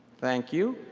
thank you.